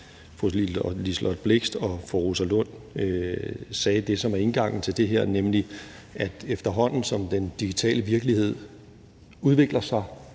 fru Liselott Blixt og fru Rosa Lund sagde det, som er indgangen til det her, nemlig at efterhånden som den digitale virkelighed udvikler sig